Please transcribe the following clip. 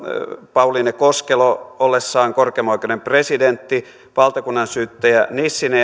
pauliine koskelo ollessaan korkeimman oikeuden presidentti valtakunnansyyttäjä nissinen